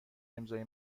امضای